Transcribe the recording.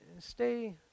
stay